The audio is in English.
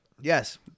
yes